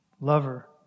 lover